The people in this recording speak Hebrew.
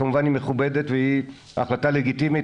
כמובן היא מכובדת והיא החלטה לגיטימית,